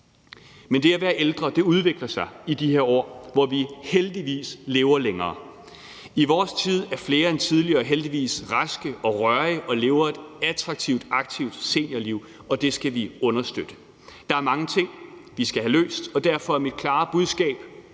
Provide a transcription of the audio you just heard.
Men det at være ældre udvikler sig i de her år, hvor vi heldigvis levere længere. I vores tid er flere end tidligere heldigvis raske og rørige og lever et attraktivt, aktivt seniorliv, og det skal vi understøtte. Der er mange ting, vi skal have løst, og derfor er mit klare budskab